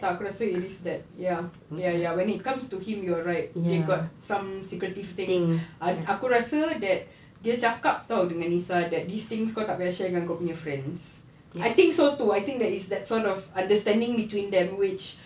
tak aku rasa it is that ya ya ya when it comes to him you're right they got some secretive things aku aku rasa that dia cakap dengan nisa that these things kau tak payah share dengan kau punya friends I think so too I think that is that sort of understanding between them which